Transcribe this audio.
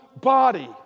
body